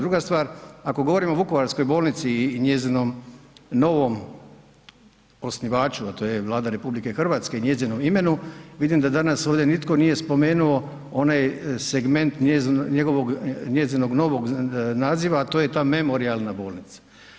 Druga stvar, ako govorimo o Vukovarskoj bolnici i njezinom novom osnivaču, a to je Vlada RH, njezinom imenu vidim da danas ovdje nitko nije spomenuo onaj segment njezinog novog naziva, a to je ta memorijalna bolnica.